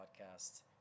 podcast